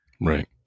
right